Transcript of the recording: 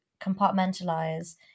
compartmentalize